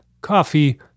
coffee